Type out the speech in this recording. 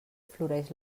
floreix